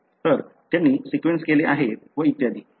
तर त्यांनी सीक्वेन्स केले आहेत व इत्यादी